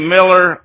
Miller